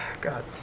God